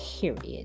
Period